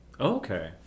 Okay